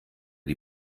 die